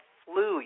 flu